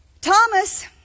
Thomas